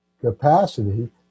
capacity